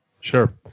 Sure